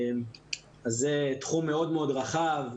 זה תחום מאוד מאוד רחב,